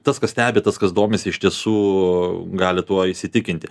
tas kas stebi tas kas domisi iš tiesų gali tuo įsitikinti